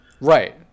Right